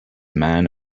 man